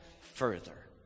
further